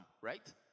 right